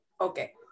Okay